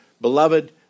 beloved